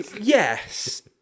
Yes